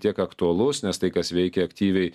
tiek aktualus nes tai kas veikė aktyviai